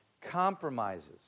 compromises